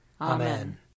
Amen